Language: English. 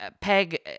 Peg